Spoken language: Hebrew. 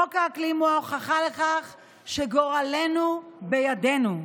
חוק האקלים הוא ההוכחה לכך שגורלנו בידינו,